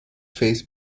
face